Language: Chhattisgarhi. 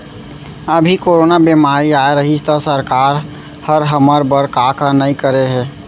अभी कोरोना बेमारी अए रहिस त सरकार हर हमर बर का का नइ करे हे